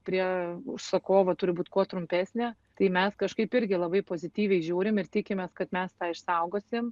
prie užsakovo turi būt kuo trumpesnė tai mes kažkaip irgi labai pozityviai žiūrim ir tikimės kad mes tą išsaugosim